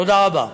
תודה רבה.